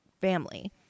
family